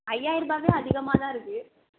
ஐயாயரூபாவே அதிகமாக தான் இருக்கு